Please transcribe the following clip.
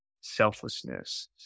selflessness